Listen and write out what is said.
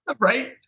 right